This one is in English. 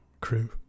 crew